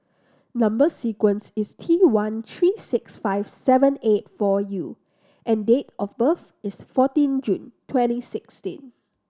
number sequence is T one three six five seven eight four U and date of birth is fourteen June twenty sixteen